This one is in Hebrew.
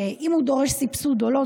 שאם הוא דורש סבסוד או לא,